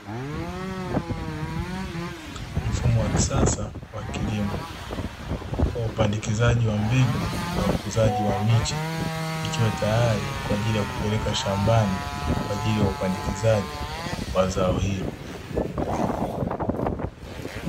Mfumo wa kisasa wa kilimo wa upandikizaji wa mbegu na ukuzaji wa miche ikiwa tayari kwa ajili ya kupelewa shambani, kwa ajili ya upandikizaji wa zao hilo.